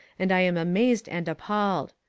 and i am amazed and appalled.